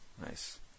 Nice